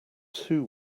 too